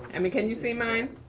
and mean, can you see mine?